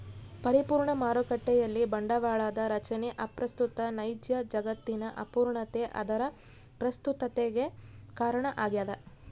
ಪರಿಪೂರ್ಣ ಮಾರುಕಟ್ಟೆಯಲ್ಲಿ ಬಂಡವಾಳದ ರಚನೆ ಅಪ್ರಸ್ತುತ ನೈಜ ಜಗತ್ತಿನ ಅಪೂರ್ಣತೆ ಅದರ ಪ್ರಸ್ತುತತಿಗೆ ಕಾರಣ ಆಗ್ಯದ